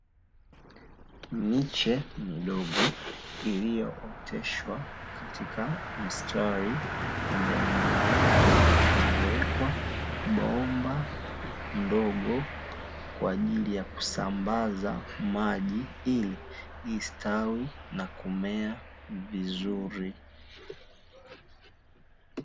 Miche midogo iliyooteshwa katika mstari, pembeni yake pamewekwa bomba ndogo, kwa ajili ya kusambaza maji, ili istawi na kumea vizuri.